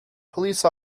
police